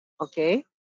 Okay